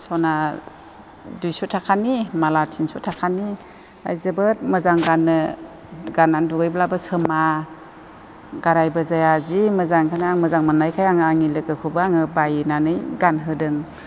सना दुइस' थाखानि माला तिनस' थाखानि आरो जोबोद मोजां गाननो गानना दुगैब्लाबो सोमा गारायबो जाया जि मोजां ओंखायनो मोननायखाय आंनि लोगोखौबो आङो बायनानै गानहोदों